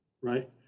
right